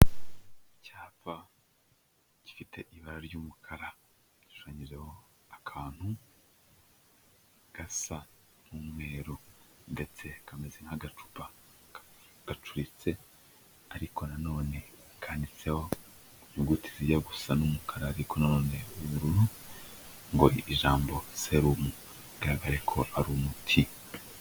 Icyapa gifite ibara ry'umukara gishushanyijeho akantu gasa n'umweru ndetse kameze nk'agacupa gacuritse ariko nano kandiitseho inyuguti zijya gusa n'umukara ariko na none z'ubururu ngo ijambo serume bigaragare ko ari umuti.